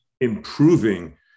improving